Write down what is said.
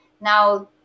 Now